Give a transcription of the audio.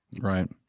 Right